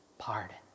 pardon